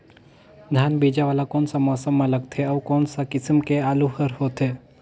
धान बीजा वाला कोन सा मौसम म लगथे अउ कोन सा किसम के आलू हर होथे?